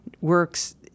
works